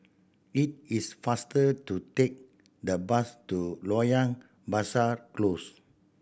it is faster to take the bus to Loyang Besar Close